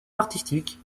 artistique